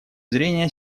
зрения